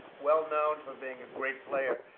well known for being a great player.